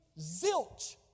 zilch